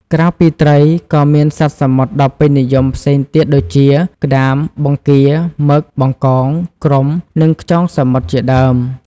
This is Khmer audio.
ក្រៅពីត្រី ក៏មានសត្វសមុទ្រដ៏ពេញនិយមផ្សេងទៀតដូចជា ក្តាម បង្គា មឹក បង្កង គ្រំ និងខ្យងសមុទ្រជាដើម។